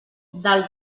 del